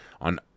on